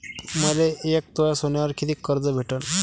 मले एक तोळा सोन्यावर कितीक कर्ज भेटन?